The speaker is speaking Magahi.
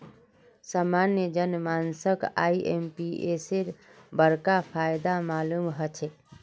सामान्य जन मानसक आईएमपीएसेर बडका फायदा मालूम ह छेक